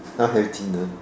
I'll have dinner